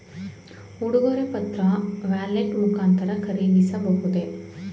ಉಡುಗೊರೆ ಪತ್ರ ವ್ಯಾಲೆಟ್ ಮುಖಾಂತರ ಖರೀದಿಸಬಹುದೇ?